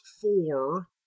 four